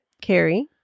Carrie